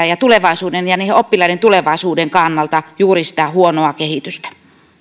ja tulevaisuuden ja oppilaiden tulevaisuuden kannalta juuri sitä huonoa kehitystä